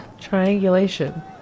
triangulation